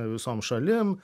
visom šalim